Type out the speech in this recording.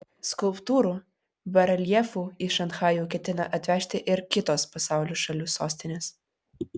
skulptūrų bareljefų į šanchajų ketina atvežti ir kitos pasaulio šalių sostinės